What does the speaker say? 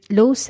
low